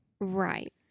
Right